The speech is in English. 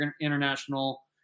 International